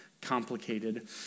complicated